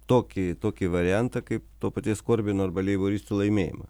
tokį tokį variantą kaip to paties korbino arba leiboristų laimėjimą